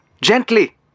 gently